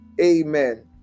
Amen